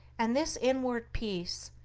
and this inward peace,